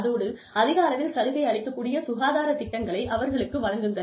அதோடு அதிக அளவில் சலுகை அளிக்கக் கூடிய சுகாதார திட்டங்களை அவர்களுக்கு வழங்குங்கள்